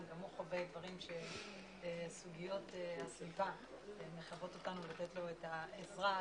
גם הוא חווה דברים שסוגיות הסביבה מחייבות אותנו לתת לו את העזרה,